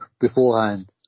beforehand